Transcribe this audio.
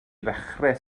ddechrau